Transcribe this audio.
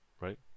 right